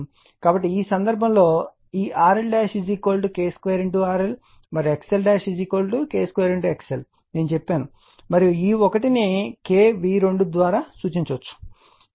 కాబట్టి ఈ సందర్భంలో ఈ RL K2 RL మరియు XL K 2 XL అని నేను చెప్పాను మరియు E1 ను K V2 ద్వారా సూచించవచ్చు